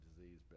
disease